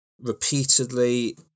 repeatedly